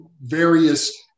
various